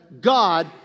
God